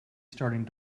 starting